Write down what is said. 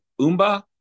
Umba